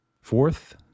Fourth